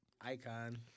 Icon